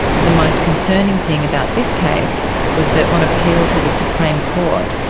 the most concerning thing about this case was that on appeal to the supreme court,